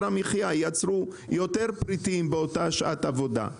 המחיה: ייצרו יותר פריטים באותה שעת עבודה,